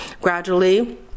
gradually